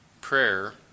prayer